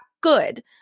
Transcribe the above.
good